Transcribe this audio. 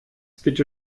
bitte